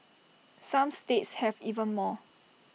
some states have even more